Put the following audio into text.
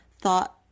thought